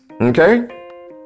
Okay